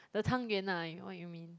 the 汤圆 ah what you mean